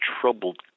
troubled